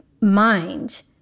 mind